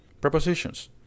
Prepositions